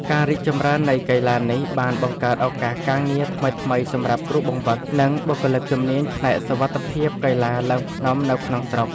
ការរីកចម្រើននៃកីឡានេះ បានបង្កើតឱកាសការងារថ្មីៗសម្រាប់គ្រូបង្វឹក និងបុគ្គលិកជំនាញផ្នែកសុវត្ថិភាពកីឡាឡើងភ្នំនៅក្នុងស្រុក។